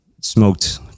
smoked